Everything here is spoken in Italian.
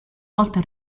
volta